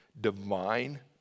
divine